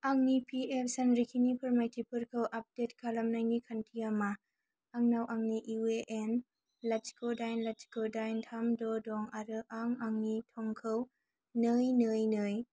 आंनि पिएफ सानरिखिनि फोरमायथिफोरखौ आपडेट खालामनायनि खान्थिया मा आंनाव आंनि इउएएन लाथिख' दाइन लाथिख' दाइन थाम द' दं आरो आं आंनि थंखौ नै नै नै